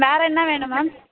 வேறு என்ன வேணும் மேம்